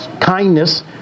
kindness